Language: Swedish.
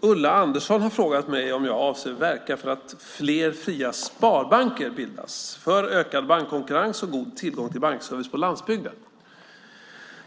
Ulla Andersson har frågat mig om jag avser att verka för att fler fria sparbanker bildas, för ökad bankkonkurrens och god tillgång till bankservice på landsbygden.